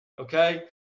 Okay